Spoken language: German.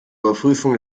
überprüfung